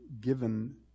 given